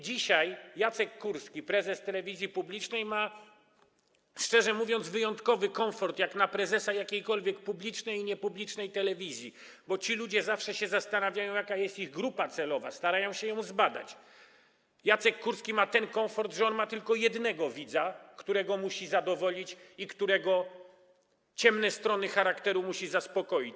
Dzisiaj Jacek Kurski, prezes telewizji publicznej, ma, szczerze mówiąc, wyjątkowy komfort jak na prezesa jakiejkolwiek publicznej i niepublicznej telewizji, bo ci ludzie zawsze się zastanawiają, jaka jest ich grupa docelowa, starają się ją zbadać, a Jacek Kurski ma ten komfort, że ma tylko jednego widza, którego musi zadowolić i którego ciemne strony charakteru musi zaspokoić.